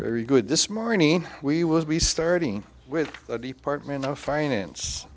very good this morning we will be starting with the department of finance